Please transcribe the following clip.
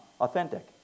authentic